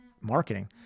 marketing